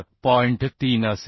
3 असेल